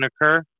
occur